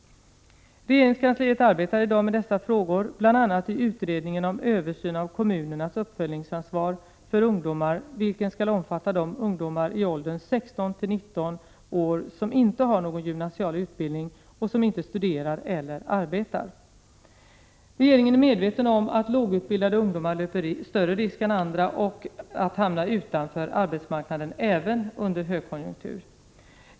Regeringskansliet arbetar i dag med dessa frågor bl.a. i utredningen om översyn av kommunernas uppföljningsansvar för ungdomar, vilken skall omfatta de ungdomar i åldern 16—19 år som inte har någon gymnasial utbildning och som inte studerar eller arbetar. Regeringen är medveten om att lågutbildade ungdomar löper större risk än andra att hamna utanför arbetsmarknaden även under högkonjunktur.